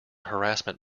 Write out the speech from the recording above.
harassment